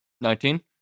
Nineteen